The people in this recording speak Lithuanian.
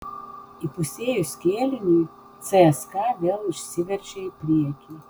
įpusėjus kėliniui cska vėl išsiveržė į priekį